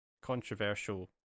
Controversial